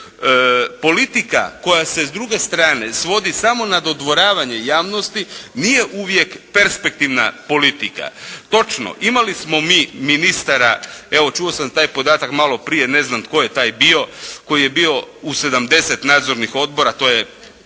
Politika koja se s druge strane svodi samo na dodvoravanje javnosti nije uvijek perspektivna politika. Točno, imali smo mi ministara, evo, čuo sam taj podatak maloprije, ne znam tko je taj bio, koji je bio u sedamdeset nadzornih odbora, to je